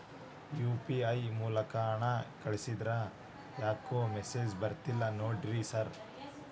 UPI ಮೂಲಕ ಹಣ ಕಳಿಸಿದ್ರ ಯಾಕೋ ಮೆಸೇಜ್ ಬರ್ತಿಲ್ಲ ನೋಡಿ ಸರ್?